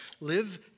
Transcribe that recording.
live